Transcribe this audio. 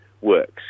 works